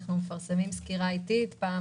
אנחנו מפרסמים סקירה עתית פעם